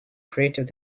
creative